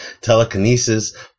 Telekinesis